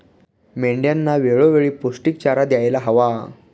मेंढ्यांना वेळोवेळी पौष्टिक चारा द्यायला हवा